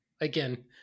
Again